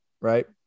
right